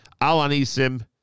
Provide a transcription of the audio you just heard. Al-Anisim